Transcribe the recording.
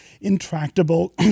intractable